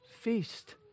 feast